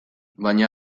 baina